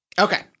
Okay